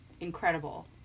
incredible